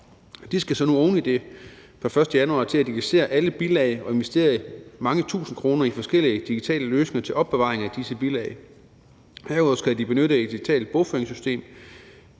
De skal nu oven i det fra den 1. januar til at digitalisere alle bilag og investere mange tusinde kroner i forskellige digitale løsninger til opbevaring af disse bilag. Herudover skal de benytte et digitalt bogføringssystem.